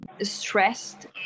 stressed